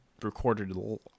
recorded